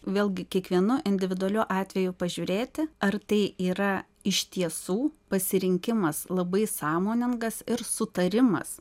vėlgi kiekvienu individualiu atveju pažiūrėti ar tai yra iš tiesų pasirinkimas labai sąmoningas ir sutarimas